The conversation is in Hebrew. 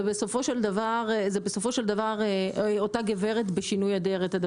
זה בסופו של דבר אותה גברת בשינוי אדרת.